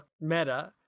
meta